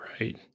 right